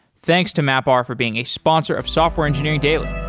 thanks to mapr for being a sponsor of software engineering daily